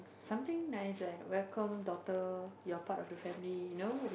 something nice ah welcome daughter you're part of the family you know